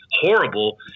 horrible